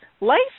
life